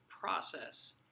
process